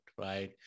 right